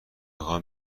خوام